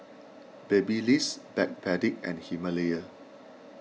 Babyliss Backpedic and Himalaya